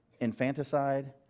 infanticide